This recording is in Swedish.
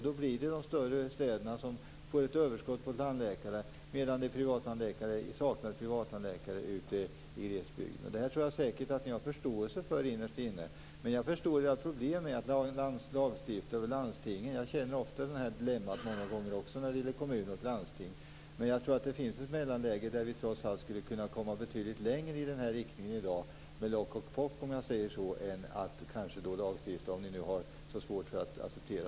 Då blir det ett överskott på tandläkare i de större städerna, medan det saknas privattandläkare i glesbygden. Jag tror att ni har förståelse för detta innerst inne. Men problemet är lagstiftningen och landstinget. Jag känner ofta dilemmat i fråga om kommuner och landsting. Men det finns ett mellanläge där det skulle kunna gå att komma längre i den riktningen, med "lock och pock", i stället för att lagstifta.